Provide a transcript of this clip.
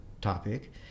topic